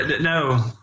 No